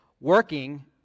Working